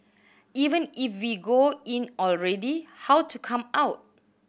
even if go in already how to come out